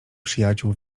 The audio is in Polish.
przyjaciół